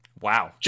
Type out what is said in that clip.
wow